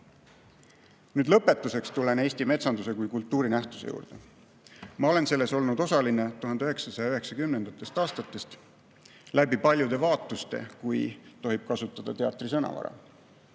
Lõpetuseks tulen Eesti metsanduse kui kultuurinähtuse juurde. Ma olen selles olnud osaline 1990. aastatest läbi paljude vaatuste, kui tohib kasutada teatrisõnavara.